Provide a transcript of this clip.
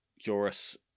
Joris